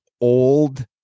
old